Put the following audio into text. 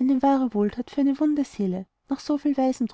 eine wahre wohlthat für eine wunde seele nach so viel weisen